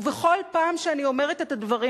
ובכל פעם שאני אומרת את הדברים,